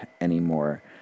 anymore